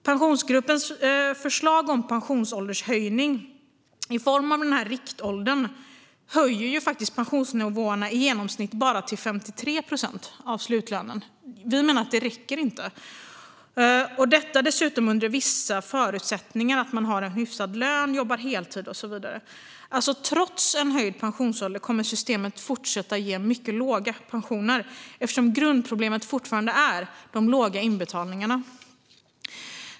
Pensionsgruppens förslag om pensionsåldershöjning i form av höjning av riktåldern höjer pensionsnivåerna till i genomsnitt 53 procent av slutlönen. Vi menar att det inte räcker. Detta sker dessutom under vissa förutsättningar, det vill säga att man har en hyfsad lön, jobbar heltid och så vidare. Trots en höjd pensionsålder kommer systemet att fortsätta att ge mycket låga pensioner eftersom grundproblemet fortfarande är de låga inbetalningarna.